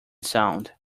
sound